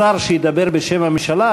השר שידבר בשם הממשלה,